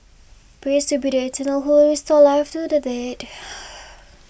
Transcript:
praise to be the Eternal who will restore life to the dead